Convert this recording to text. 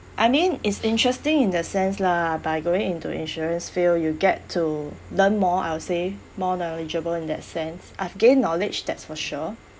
I mean it's interesting in the sense lah by going into insurance field you get to learn more I'll say more knowledgeable in that sense I've gained knowledge that's for sure